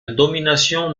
domination